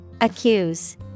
Accuse